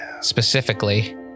specifically